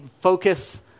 focus